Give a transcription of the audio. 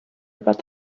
about